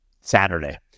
saturday